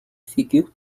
figure